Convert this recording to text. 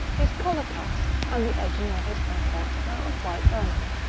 his collar, cuflfs, and the edging of his purpoint were of white ermine,